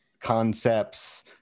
concepts